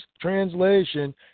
translation